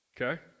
Okay